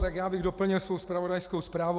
Já bych doplnil svou zpravodajskou zprávu.